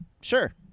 sure